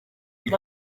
iri